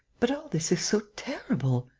but all this is so terrible.